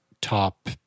top